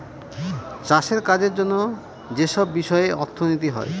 চাষের কাজের জন্য যেসব বিষয়ে অর্থনীতি হয়